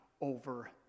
over